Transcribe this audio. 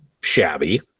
shabby